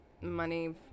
money